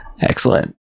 Excellent